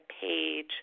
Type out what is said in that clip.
page